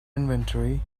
inventory